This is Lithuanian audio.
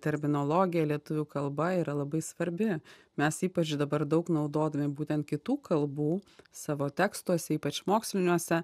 terminologija lietuvių kalba yra labai svarbi mes ypač dabar daug naudodami būtent kitų kalbų savo tekstuose ypač moksliniuose